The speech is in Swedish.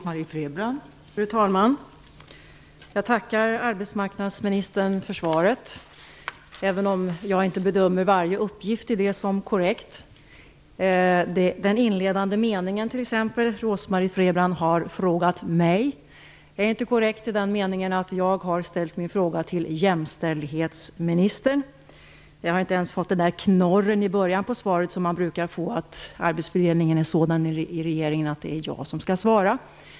Fru talman! Jag tackar arbetsmarknadsministern för svaret, även om jag inte bedömer varje uppgift i det som korrekt. Inledningen "Rose-Marie Frebran har frågat mig -" är inte korrekt i den meningen att jag ställde min fråga till jämställdhetsministern. Inte ens den där knorren som brukar finnas i början av svaret var med, dvs. att "arbetsfördelningen inom regeringen är sådan att det är jag som skall svara på frågan".